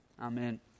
Amen